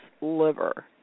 liver